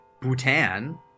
Bhutan